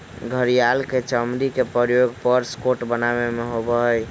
घड़ियाल के चमड़ी के प्रयोग पर्स कोट बनावे में होबा हई